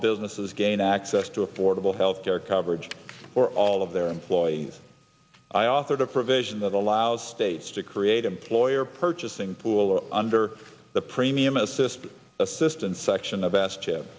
businesses gain access to affordable health care coverage for all of their employees i authored a provision that allows states to create employer purchasing pool under the premium assisted assistance section of